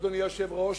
אדוני היושב-ראש,